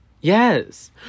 Yes